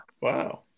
Wow